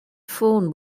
phone